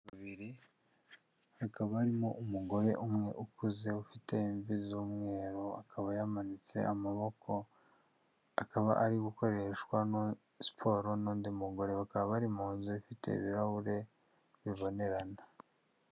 Biri hakaba harimo umugore umwe ukuze ufite imvi z'umweru, akaba yamanitse amaboko akaba ari gukoreshwa siporo n'undi mugore bakaba bari mu nzu ifite ibirahure bibonerana.